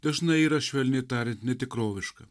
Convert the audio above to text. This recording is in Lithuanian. dažnai yra švelniai tariant netikroviška